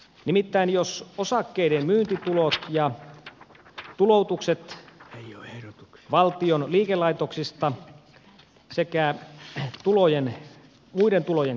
nimittäin jos osakkeiden myyntituloista ja cia tuloutukset ajoihin valtion liikelaitoksista sekä tulojen muiden tulojen